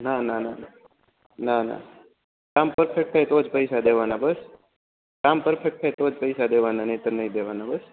ના ના ના ના કામ પરફેક્ટ થાયે તો જ પૈશા દેવાના બસ કામ પરફેક્ટ થાયે તો જ પૈશા દેવાના નહિતર નઇ દેવાના બસ